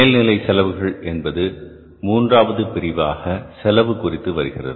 மேல்நிலை செலவுகள் என்பது மூன்றாவது பிரிவாக செலவு குறித்து வருகிறது